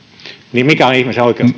niin mikä on ihmisen